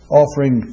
offering